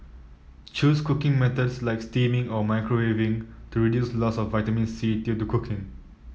choose cooking methods like steaming or microwaving to reduce loss of vitamin C due to cooking